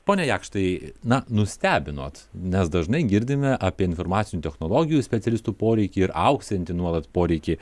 pone jakštai na nustebinot nes dažnai girdime apie informacinių technologijų specialistų poreikį ir augsiantį nuolat poreikį